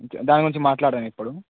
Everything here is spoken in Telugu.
దాని గురించి మాట్లాడుదాం ఇప్పుడు